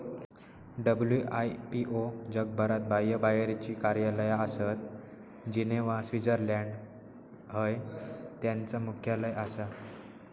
WIPO जगभरात बाह्यबाहेरची कार्यालया आसत, जिनेव्हा, स्वित्झर्लंड हय त्यांचा मुख्यालय आसा